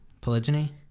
polygyny